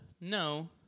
no